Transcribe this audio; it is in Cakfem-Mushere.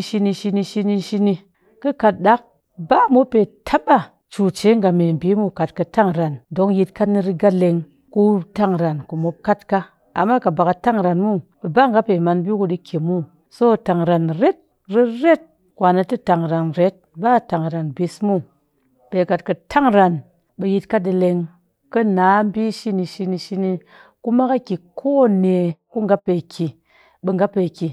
shini shini shini shini kɨ kat ɗaak ba mop pe taba cuce nga meɓii muw kat kɨ tangran don yitka ni riga leng ku tangran kumop ni kat ka amma kat baka tangran muw ɓe ba nga pe man ɓii ku ka cin so tangran ret riret kwan'atɨ tangran ret ba tangran bis muw pe kat kɨ angran ɓe yitka ɗii leng ka na ɓii shini shini shin kuma kɨ ki kone ku nga pe ɓe nga pe ki.